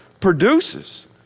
produces